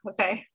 Okay